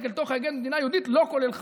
אל תוך ערכי המדינה היהודית לא כולל חמץ,